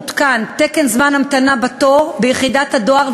הותקן תקן זמן המתנה בתור ביחידת הדואר,